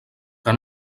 que